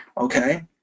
Okay